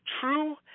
true